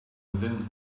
within